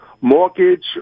mortgage